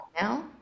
now